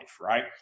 right